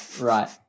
right